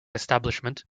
establishment